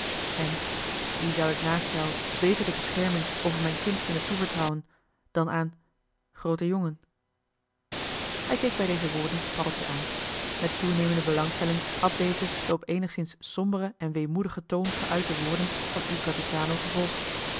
en wie zou ik naast jou beter de bescherming over mijn kind kunnen toevertrouwen dan aan groote jongen hij keek bij deze woorden paddeltje aan met toenemende belangstelling had deze de op eenigszins somberen en weemoedigen toon geuite woorden van il capitano gevolgd